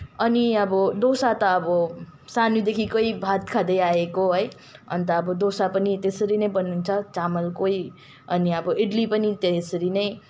अनि अब डोसा त अब सानैदेखिको भात खाँदै आएको है अन्त अब डोसा पनि त्यसरी नै बनिन्छ चामलकै अनि अब इडली पनि त्यसरी नै